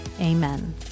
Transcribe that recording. Amen